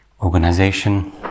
organization